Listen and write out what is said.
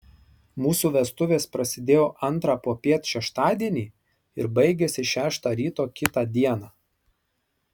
mūsų vestuvės prasidėjo antrą popiet šeštadienį ir baigėsi šeštą ryto kitą dieną